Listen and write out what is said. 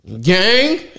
Gang